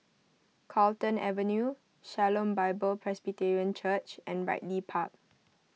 Carlton Avenue Shalom Bible Presbyterian Church and Ridley Park